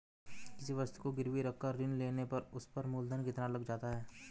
किसी वस्तु को गिरवी रख कर ऋण लेने पर उस पर मूलधन कितना लग जाता है?